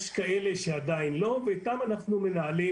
יש כאלה שעדיין לא ואיתם מנהלים